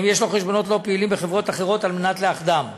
יש לו חשבונות לא פעילים בחברות אחרות על מנת לאחדם.